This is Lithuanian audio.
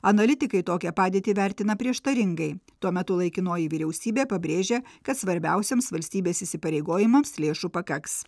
analitikai tokią padėtį vertina prieštaringai tuo metu laikinoji vyriausybė pabrėžė kad svarbiausiems valstybės įsipareigojimams lėšų pakaks